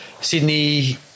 Sydney